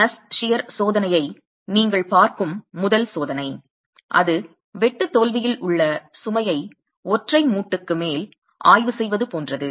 நஸ் shear சோதனை நீங்கள் பார்க்கும் முதல் சோதனை அது வெட்டு தோல்வியில் உள்ள சுமையை ஒரு ஒற்றை மூட்டுக்கு மேல் ஆய்வு செய்வது போன்றது